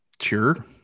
Sure